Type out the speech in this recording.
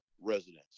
residents